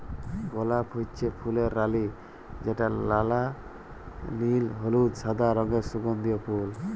গলাপ হচ্যে ফুলের রালি যেটা লাল, নীল, হলুদ, সাদা রঙের সুগন্ধিও ফুল